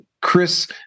Chris